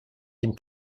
dem